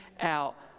out